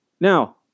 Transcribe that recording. Now